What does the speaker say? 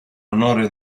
onore